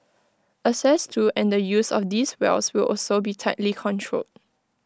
access to and the use of these wells will also be tightly controlled